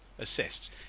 assists